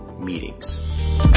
meetings